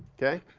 okay,